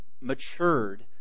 matured